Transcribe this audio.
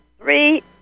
three